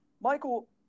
Michael